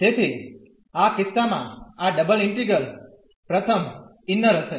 તેથી આ કિસ્સામાં આ ડબલ ઇન્ટિગ્રલ પ્રથમ ઇન્નર હશે